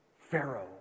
Pharaoh